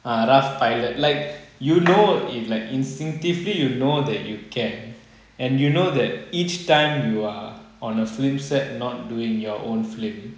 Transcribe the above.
ah rough pilot like you know it's like instinctively you know that you can and you know that each time you are on a film set not doing your own film